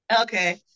Okay